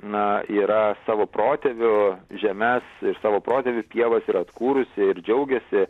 na yra savo protėvių žemes ir savo protėvių pievas yra atkūrusi ir džiaugiasi